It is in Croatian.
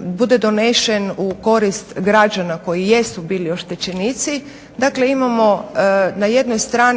bude donesen u korist građana koji jesu bili oštećenici, dakle imamo